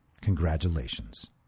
Congratulations